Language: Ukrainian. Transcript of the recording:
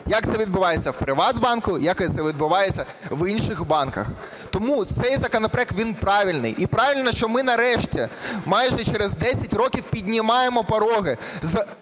як це відбувається у "Приватбанку", як це відбувається в інших банках. Тому цей законопроект, він правильний, і правильно, що ми нарешті, майже через 10 років піднімаємо пороги